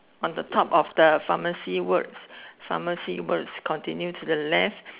on the top of the pharmacy word pharmacy word continue to the left